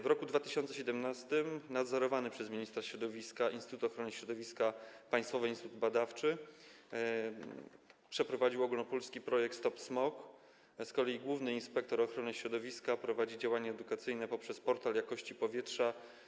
W roku 2017 nadzorowany przez ministra środowiska Instytut Ochrony Środowiska - Państwowy Instytut Badawczy przeprowadził ogólnopolski projekt „Smog stop”, a z kolei główny inspektor ochrony środowiska prowadzi działania edukacyjne poprzez portal jakości powietrza.